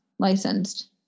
licensed